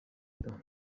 kwitaho